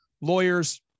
lawyers